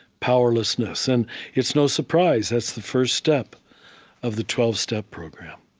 powerlessness. and it's no surprise that's the first step of the twelve step program.